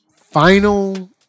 final